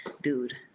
dude